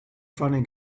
funny